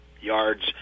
yards